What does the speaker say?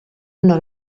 una